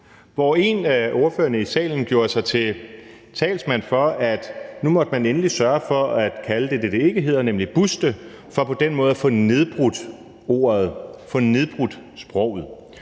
hvor en af ordførerne i salen gjorde sig til talsmand for, at nu måtte man endelig sørge for at kalde det det, det ikke hedder, nemlig b-u-ste, for på den måde at få nedbrudt ordet, få nedbrudt sproget.